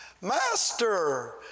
MASTER